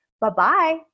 Bye-bye